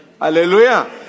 hallelujah